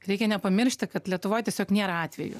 reikia nepamiršti kad lietuvoj tiesiog nėra atvejų